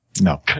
no